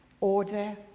order